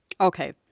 Okay